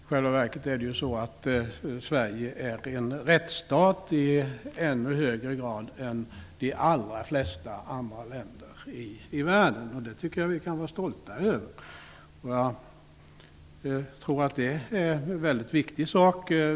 I själva verket är det så att Sverige är en rättsstat i högre grad än de allra flesta andra länder i världen. Det tycker jag att vi kan vara stolta över. Jag tror att det är en mycket viktig sak.